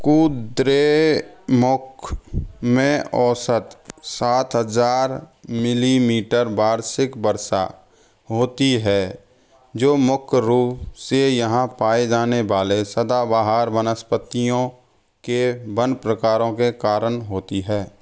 कुद्रेमुख में औसत सात हजार मिलीमीटर वार्षिक वर्षा होती है जो मुख्य रूप से यहाँ पाए जाने वाले सदाबहार वनस्पतियों के वन प्रकारों के कारण होती है